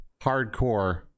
hardcore